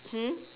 hmm